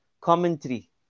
commentary